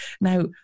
Now